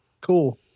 Cool